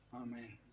Amen